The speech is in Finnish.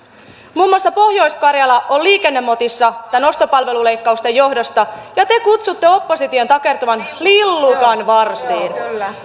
muun muassa pohjois karjala on liikennemotissa ostopalveluleikkausten johdosta ja te sanotte opposition takertuvan lillukanvarsiin